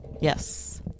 Yes